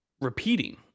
repeating